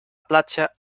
platja